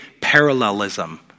parallelism